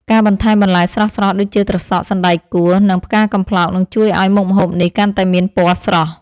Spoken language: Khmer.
ការបន្ថែមបន្លែស្រស់ៗដូចជាត្រសក់ សណ្តែកគួរ និងផ្កាកំប្លោកនឹងជួយឱ្យមុខម្ហូបនេះកាន់តែមានពណ៌ស្រស់។